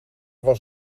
was